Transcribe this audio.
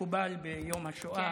מקובל ביום השואה,